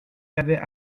l’avait